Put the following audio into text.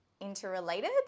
interrelated